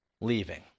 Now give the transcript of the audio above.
leaving